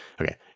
okay